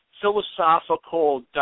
Philosophical